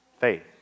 Faith